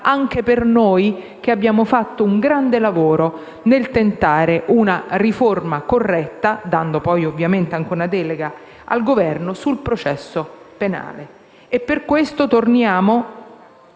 anche per noi che abbiamo fatto un grande lavoro nel tentare una riforma corretta, conferendo poi ovviamente anche una delega al Governo, sul processo penale. Per questo torniamo